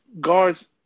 guards